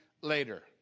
later